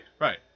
Right